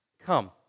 come